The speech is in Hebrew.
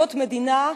זו מדינה,